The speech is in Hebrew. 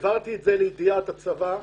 העברתי את זה לידיעת הצבא.